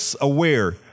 aware